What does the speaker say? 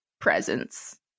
presence